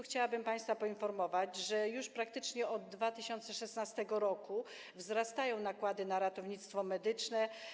Chciałabym państwa poinformować, że już praktycznie od 2016 r. wzrastają nakłady na ratownictwo medyczne.